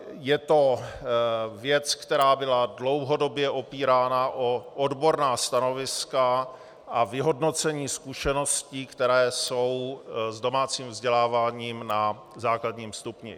Je to věc, která byla dlouhodobě opírána o odborná stanoviska a vyhodnocení zkušeností, které jsou s domácím vzděláváním na základním stupni.